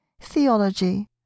theology